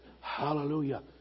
Hallelujah